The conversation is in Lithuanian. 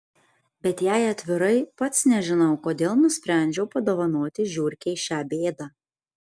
bet jei atvirai pats nežinau kodėl nusprendžiau padovanoti žiurkei šią bėdą